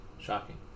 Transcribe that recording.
Shocking